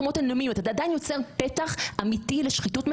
יושבת פה היועצת המשפטית של הכנסת.